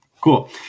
Cool